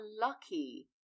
lucky